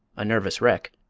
a nervous wreck,